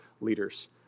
leaders